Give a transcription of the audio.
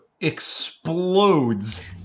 explodes